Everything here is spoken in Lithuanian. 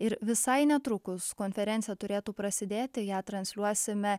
ir visai netrukus konferencija turėtų prasidėti ją transliuosime